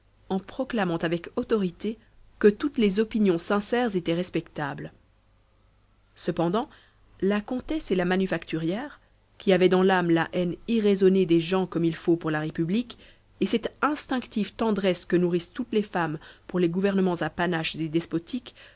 en proclamant avec autorité que toutes les opinions sincères étaient respectables cependant la comtesse et la manufacturière qui avaient dans l'âme la haine irraisonnée des gens comme il faut pour la république et cette instinctive tendresse que nourrissent toutes les femmes pour les gouvernements à panache et despotiques